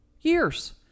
years